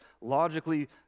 logically